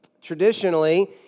traditionally